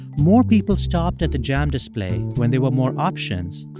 more people stopped at the jam display when there were more options,